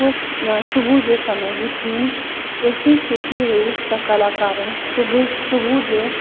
हुस सुबुह जे समय जी थीम एतिरी सुठी हुई त कलाकारनि सुबुह सुबुह जे